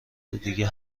دیگه